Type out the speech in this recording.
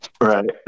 Right